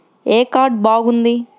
ఏ card బాగుంది?